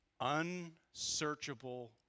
Unsearchable